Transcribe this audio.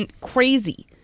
crazy